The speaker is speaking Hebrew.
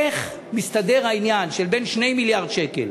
איך מסתדר העניין שבין 2 מיליארד שקל